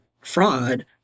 fraud